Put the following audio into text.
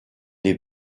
des